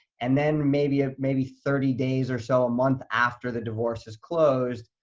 and then maybe ah maybe thirty days or so, a month after the divorce is closed,